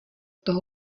toho